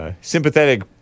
Sympathetic